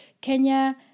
Kenya